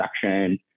section